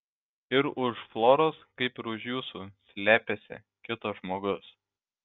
ir už floros kaip ir už jūsų slepiasi kitas žmogus